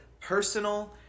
personal